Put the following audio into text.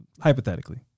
Hypothetically